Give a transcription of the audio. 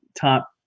top